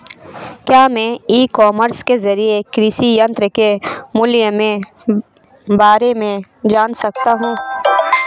क्या मैं e commerce के ज़रिए कृषि यंत्र के मूल्य में बारे में जान सकता हूँ?